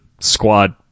squad